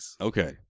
Okay